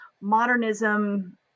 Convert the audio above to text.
modernism